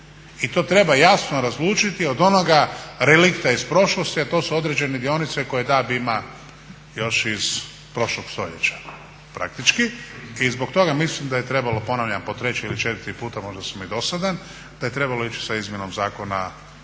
I to treba jasno razlučiti od onoga relikta iz prošlosti a to su određene dionice koje DAB ima još iz prošlog stoljeća praktički. I zbog toga mislim da je trebalo ponavljam po treći ili četvrti puta, možda sam i dosadan, da je trebalo ići sa izmjenom Zakona o